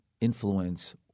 influence